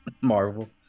Marvel